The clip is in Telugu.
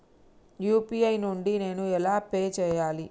యూ.పీ.ఐ నుండి నేను ఎలా పే చెయ్యాలి?